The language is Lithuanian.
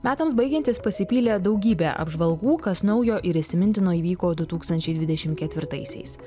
metams baigiantis pasipylė daugybė apžvalgų kas naujo ir įsimintino įvyko du tūkstančiai dvidešim ketvirtaisiais